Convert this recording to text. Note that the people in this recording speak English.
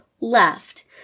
left